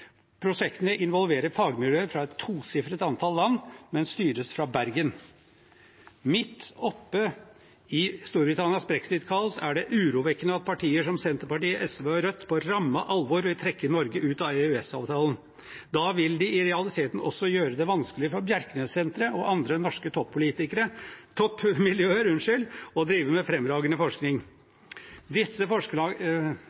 Prosjektene involverer fagmiljøer fra et tosifret antall land, men styres fra Bergen. Midt oppe i Storbritannias brexit-kaos er det urovekkende at partier som Senterpartiet, SV og Rødt på ramme alvor vil trekke Norge ut av EØS-avtalen. Da vil de i realiteten også gjøre det vanskeligere for Bjerknessenteret og andre norske